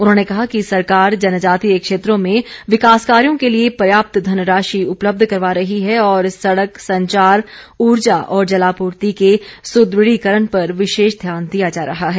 उन्होंने कहा कि सरकार जनजातीय क्षेत्रों में विकास कार्यो के लिए पर्याप्त धनराशि उपलब्ध करवा रही है और सड़क संचार ऊर्जा और जलापूर्ति के सुद्रढ़ीकरण पर विशेष ध्यान दिया जा रहा है